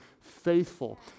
faithful